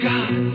God